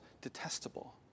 detestable